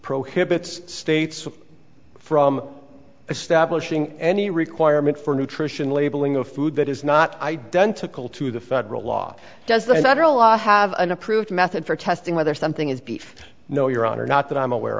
prohibits states from establishing any requirement for nutrition labeling of food that is not identical to the federal law does the federal law have an approved method for testing whether something is beef no your honor not that i'm aware